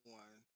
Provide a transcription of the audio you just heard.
one